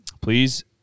please